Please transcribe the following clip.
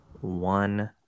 one